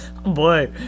Boy